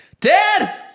Dad